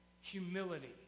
Humility